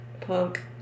punk